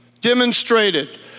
demonstrated